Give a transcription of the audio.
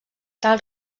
tal